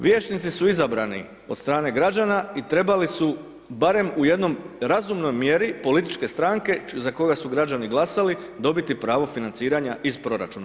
Vijećnici su izabrani od strane građana i trebali su barem u jednoj razumnoj mjeri političke stranke za koga su građani glasali dobili pravo financiranja iz proračuna.